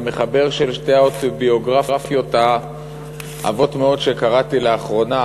המחבר של שתי האוטוביוגרפיות העבות מאוד שקראתי לאחרונה,